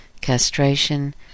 castration